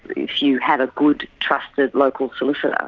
if you have a good, trusted local solicitor,